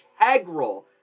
integral